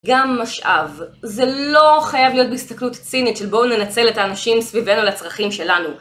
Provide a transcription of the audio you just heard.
גם משאב, זה לא חייב להיות בהסתכלות צינית של בואו ננצל את האנשים סביבנו לצרכים שלנו.